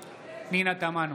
תמנו,